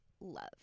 love